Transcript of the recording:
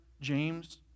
James